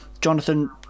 Jonathan